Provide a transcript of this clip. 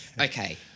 okay